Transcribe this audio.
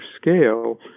scale